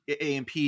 Amp